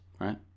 right